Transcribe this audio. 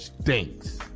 stinks